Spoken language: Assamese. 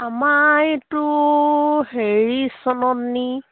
আমাৰ এইটো হেৰি চননি